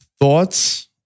thoughts